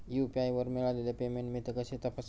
UPI वर मिळालेले payment मी कसे तपासू?